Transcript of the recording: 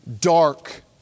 dark